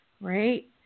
Right